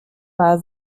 war